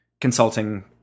consulting